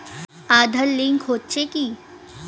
Aadhaar link হচ্ছে কি?